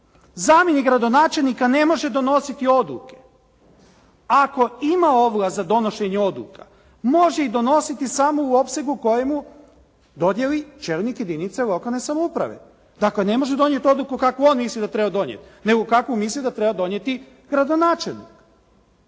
Zamjenik gradonačelnika ne može donositi odluke. Ako ima ovlast za donošenje odluka može ih donositi samo u opsegu koji mu dodijeli čelnik jedinice lokalne samouprave. Dakle ne može donijeti odluku kakvu on misli da treba donijeti nego kakvu misli da treba donijeti gradonačelnik.